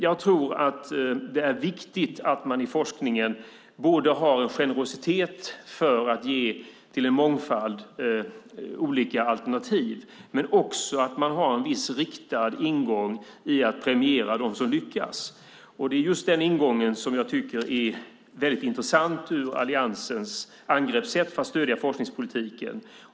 Jag tror att det är viktigt att man i forskningen både har en generositet för att ge till en mångfald olika alternativ men också att man har en viss riktad ingång i att premiera dem som lyckas. Det är just den ingången som jag tycker är väldigt intressant i Alliansens angreppssätt för att stödja forskningspolitiken.